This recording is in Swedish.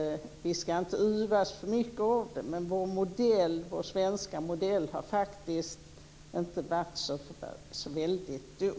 Vi ska inte yvas för mycket över det, men vår svenska modell har faktiskt inte varit så väldigt dum.